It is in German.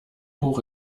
hoch